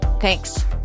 Thanks